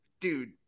dude